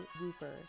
whooper